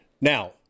Now